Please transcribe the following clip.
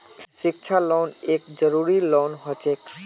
शिक्षा लोन एक जरूरी लोन हछेक